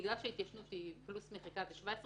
בגלל שההתיישנות היא פלוס מחיקה ו-17 שנים,